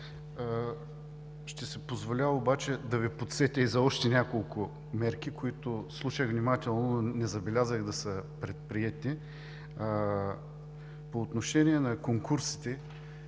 Ще си позволя обаче да Ви подсетя и за още няколко мерки, за които слушах внимателно, но не забелязах да са предприети. По отношение на конкурсите,